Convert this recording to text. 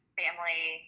family